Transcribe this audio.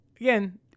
again